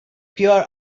pure